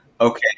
okay